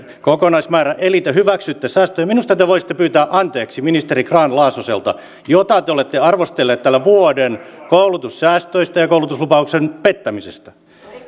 kokonaismäärä eli te hyväksytte säästöjä minusta te voisitte pyytää anteeksi ministeri grahn laasoselta jota te olette arvostelleet täällä vuoden koulutussäästöistä ja koulutuslupauksen pettämisestä